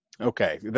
Okay